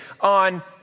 on